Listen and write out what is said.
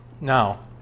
Now